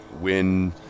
win